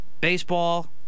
Baseball